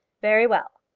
very well.